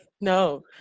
No